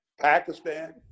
Pakistan